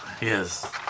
Yes